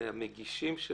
המגישים של